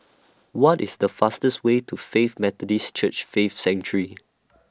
What IS The fastest Way to Faith Methodist Church Faith Sanctuary